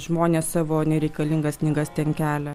žmonės savo nereikalingas knygas ten kelia